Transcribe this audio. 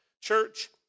church